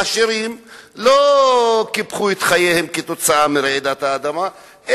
העשירים לא קיפחו את חייהם כתוצאה מרעידת האדמה,